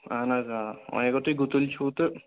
اَہَن حظ آ وۄنۍ اگر تۄہہِ گُتٕلۍ چھُو تہٕ